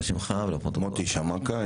אני מוטי שמאקה,